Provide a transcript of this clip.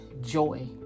joy